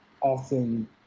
often